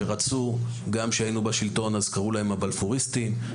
שגם כשהיינו בשלטון קראו להם "הבלפוריסטים",